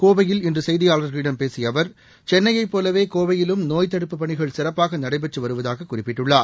கோவையில் இன்றசெய்தியாளர்களிடம் பேசியஅவர் சென்னையைப் போலவேகோவையிலும் நோய் தடுப்புப் பணிகள் சிறப்பாகநடைபெற்றுவருவதாகக் குறிப்பிட்டுள்ளார்